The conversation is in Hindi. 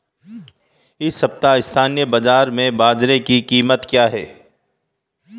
इस सप्ताह स्थानीय बाज़ार में बाजरा की कीमत क्या है?